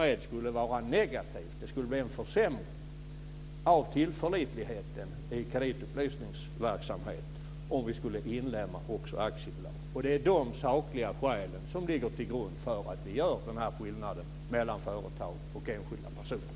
Det skulle t.o.m. vara negativt och bli en försämring av tillförlitligheten i kreditupplysningsverksamheten. Det är de sakliga skälen som ligger till grund för att vi gör den här skillnaden mellan företag och enskilda personer.